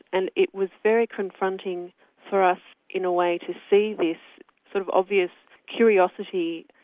and it was very confronting for us in a way, to see this sort of obvious curiosity.